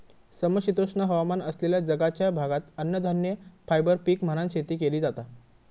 समशीतोष्ण हवामान असलेल्या जगाच्या भागात अन्नधान्य, फायबर पीक म्हणान शेती केली जाता